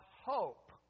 hope